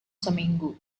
seminggu